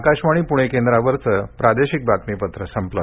आकाशवाणी पुणे केंद्रावरचं प्रादेशिक बातमीपत्र संपलं